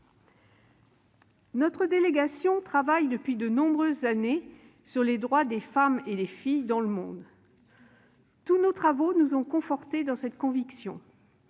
Notre délégation travaille depuis de nombreuses années sur les droits des femmes et des filles dans le monde. Tous nos travaux nous ont confortés dans cette conviction